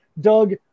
Doug